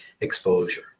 exposure